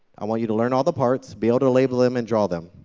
i want you to learn all the parts, be able to label them and draw them.